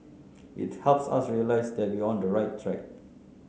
it helps us realise that we're on the right track